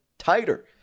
tighter